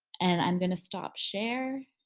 and i'm gonna stop share